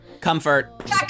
Comfort